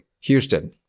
houston